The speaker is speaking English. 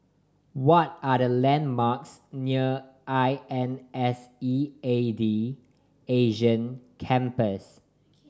what are the landmarks near I N S E A D Asia Campus